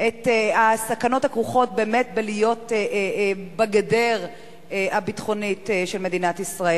את הסכנות הכרוכות בלהיות בגדר הביטחונית של מדינת ישראל.